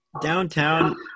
Downtown